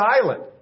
silent